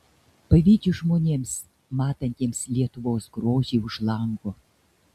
pavydžiu žmonėms matantiems lietuvos grožį už lango